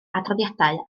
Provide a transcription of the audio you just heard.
adroddiadau